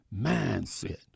mindset